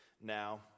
Now